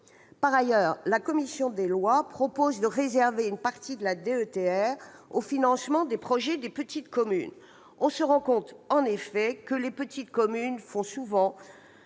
Par ailleurs, la commission des lois propose de réserver une partie de la DETR au financement des projets des petites communes. On se rend compte, en effet, que les petites communes font souvent